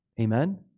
Amen